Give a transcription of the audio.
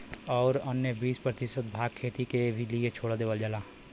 औरू अन्य बीस प्रतिशत भाग खेती क लिए छोड़ देवल जाला